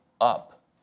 up